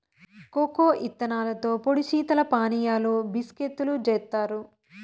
cocoa ఇత్తనాలతో పొడి శీతల పానీయాలు, బిస్కేత్తులు జేత్తారు